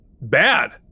bad